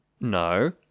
No